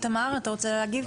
איתמר אתה רוצה להגיב?